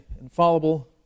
infallible